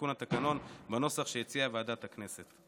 תיקון התקנון בנוסח שהציעה ועדת הכנסת.